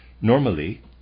Normally